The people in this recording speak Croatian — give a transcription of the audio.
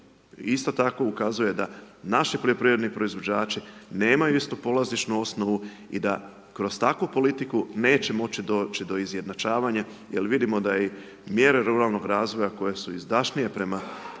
isto tako ukazuje da naši poljoprivredni proizvođači nemaju istu polazišnu osnovu i da kroz takvu politiku neće moći doći do izjednačavanja jel vidimo da i mjere ruralnog razvoja koje su izdašnije prema